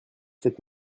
sept